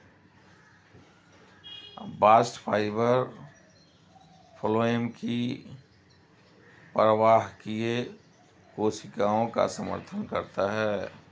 bast fibre phloem की प्रवाहकीय कोशिकाओं का समर्थन करता है